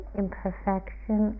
imperfection